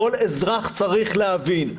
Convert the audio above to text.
כל אזרח צריך להבין.